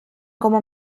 como